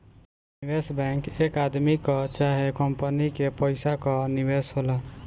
निवेश बैंक एक आदमी कअ चाहे कंपनी के पइसा कअ निवेश होला